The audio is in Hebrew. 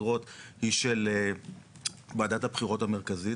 הבחירות היא של וועדת הבחירות המרכזית,